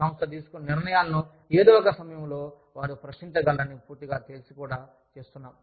సంస్థ తీసుకున్న నిర్ణయాలను ఏదో ఒక సమయంలో వారు ప్రశ్నించగలరని పూర్తిగా తెలిసి కూడా చేస్తున్నాo